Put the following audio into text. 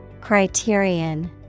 Criterion